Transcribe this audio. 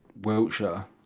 Wiltshire